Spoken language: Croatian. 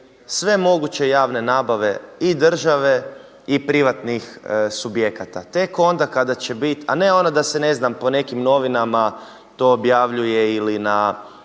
sve moguće javne nabave i države i privatnih subjekata, tek onda kada će biti, a ne ono da se ne znam po nekim novinama to objavljuje ili na